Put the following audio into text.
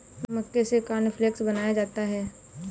मक्के से कॉर्नफ़्लेक्स बनाया जाता है